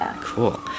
Cool